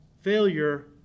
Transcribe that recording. failure